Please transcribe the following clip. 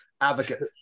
advocate